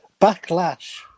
Backlash